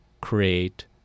create